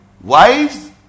Wives